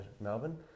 Melbourne